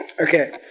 Okay